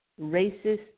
racist